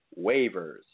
waivers